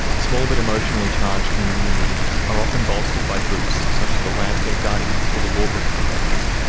small but emotionally charged community meetings are often bolstered by groups such as the landscape guardians or the waubra foundation,